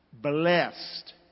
blessed